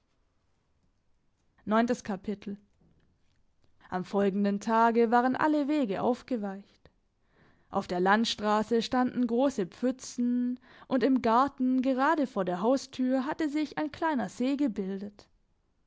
am folgenden tage waren alle wege aufgeweicht auf der landstrasse standen grosse pfützen und im garten gerade vor der haustür hatte sich ein kleiner see gebildet